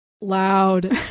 loud